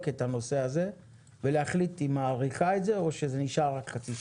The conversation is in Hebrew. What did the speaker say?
את הנושא הזה ולהחליט אם היא מאריכה את זה או שזה נשאר רק חצי שנה.